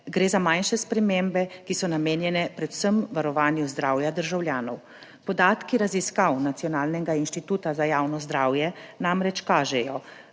Gre za manjše spremembe, ki so namenjene predvsem varovanju zdravja državljanov. Podatki raziskav Nacionalnega inštituta za javno zdravje namreč kažejo,